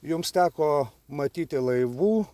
jums teko matyti laivų